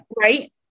Right